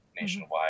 nationwide